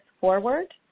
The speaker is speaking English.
forward